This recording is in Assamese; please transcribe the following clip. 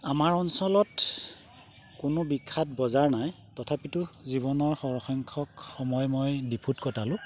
আমাৰ অঞ্চলত কোনো বিখ্যাত বজাৰ নাই তথাপিতো জীৱনৰ সৰসংখ্যক সময় মই ডিফুত কটালোঁ